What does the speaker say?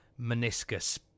meniscus